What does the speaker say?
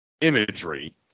imagery